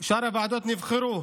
שאר הוועדות נבחרו,